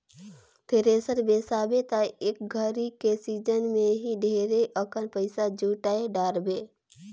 thresher बिसाबे त एक घरी के सिजन मे ही ढेरे अकन पइसा जुटाय डारबे